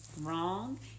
wrong